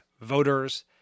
voters